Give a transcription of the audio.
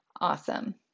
Awesome